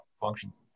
functions